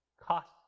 cost